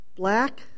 Black